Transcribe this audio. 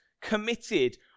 committed